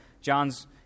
John's